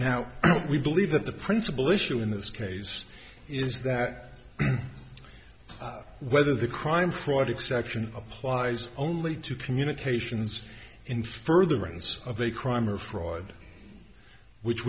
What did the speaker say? now we believe that the principal issue in this case is that whether the crime fraud exception applies only to communications in furtherance of a crime or froid which